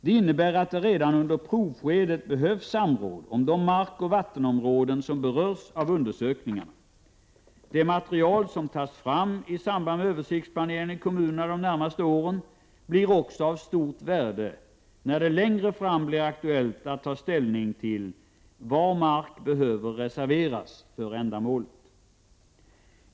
Det innebär att det redan under provskedet behövs samråd om de markoch vattenområden som berörs av undersökningarna. Det material som tas fram i samband med översiktsplaneringen i kommunerna de närmaste åren blir också av stort värde när det längre fram blir aktuellt att ta ställning till var mark behöver reserveras för ändamålet.